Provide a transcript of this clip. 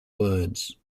words